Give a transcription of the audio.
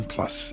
Plus